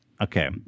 okay